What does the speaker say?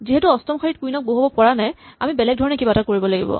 যিহেতু অষ্টম শাৰীত কুইন ক বহুৱাব পৰা নাই আমি বেলেগ ধৰণে কিবা এটা কৰিব লাগিব